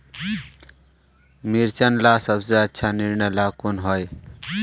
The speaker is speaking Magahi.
मिर्चन ला सबसे अच्छा निर्णय ला कुन होई?